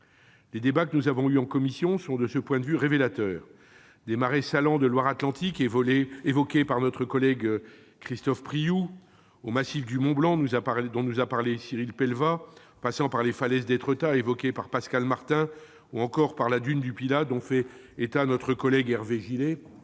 Les débats que nous avons eus en commission sont, de ce point de vue, révélateurs ; des marais salants de Loire-Atlantique, évoqués par notre collègue Christophe Priou, au massif du Mont-Blanc, dont nous a parlé Cyril Pellevat, en passant par les falaises d'Étretat, évoquées par Pascal Martin, et par la dune du Pilat, dont a fait état notre collègue Hervé Gillé